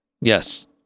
Yes